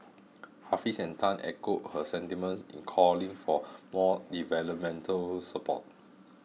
Hafiz and Tan echoed her sentiments in calling for more developmental support